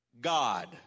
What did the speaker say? God